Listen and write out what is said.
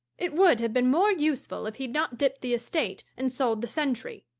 it would have been more useful if he'd not dipped the estate, and sold the centry.